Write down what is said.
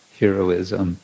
heroism